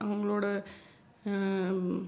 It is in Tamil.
அவங்களோடய